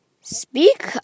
Speak